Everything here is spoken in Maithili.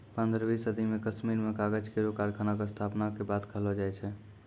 पन्द्रहवीं सदी म कश्मीर में कागज केरो कारखाना क स्थापना के बात कहलो जाय छै